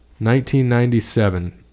1997